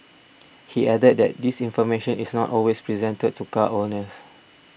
he added that this information is not always presented to car owners